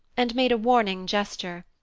and made a warning gesture.